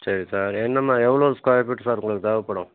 சரி சார் என்ன மா எவ்வளோ ஸ்கொயர் ஃபீட்டு சார் உங்களுக்கு தேவைப்படும்